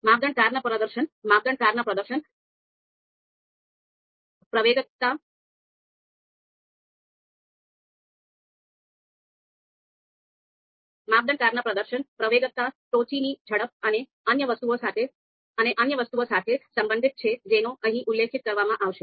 માપદંડ કારના પ્રદર્શન પ્રવેગકતા ટોચની ઝડપ અને અન્ય વસ્તુઓ સાથે સંબંધિત છે જેનો અહીં ઉલ્લેખ કરવામાં આવશે